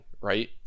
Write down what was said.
right